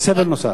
סבל נוסף.